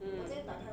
mm